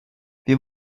wir